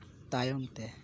ᱛᱟᱭᱚᱢ ᱛᱮ